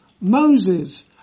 Moses